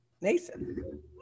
Nathan